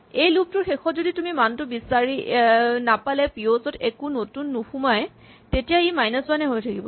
এই লুপ টোৰ শেষত যদি তুমি মানটো বিচাৰি নাপালে পিঅ'ছ ত একো নতুন নোসোমোৱাই তেতিয়া ই মাইনাচ ৱান এই হৈ থাকিব